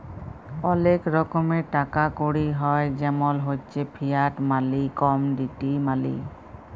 ওলেক রকমের টাকা কড়ি হ্য় জেমল হচ্যে ফিয়াট মালি, কমডিটি মালি